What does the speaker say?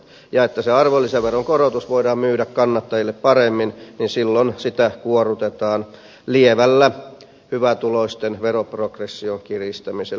jotta se arvonlisäveron korotus voidaan myydä kannattajille paremmin silloin sitä kuorrutetaan lievällä hyvätuloisten veroprogression kiristämisellä